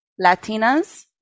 Latinas